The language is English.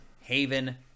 Haven